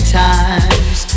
times